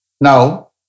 now